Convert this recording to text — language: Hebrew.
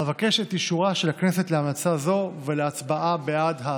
אבקש את אישורה של הכנסת להמלצה זו ולהצבעה בעד ההצעה.